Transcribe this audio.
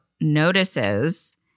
notices